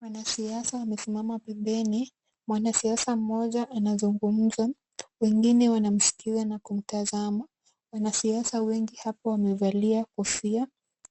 Wanasiasa wamesimama pembeni. Mwanasiasa mmoja anazungumza, wengine wanamsikiza na kumtazama, wanasiasa wengi hapo wamevalia kofia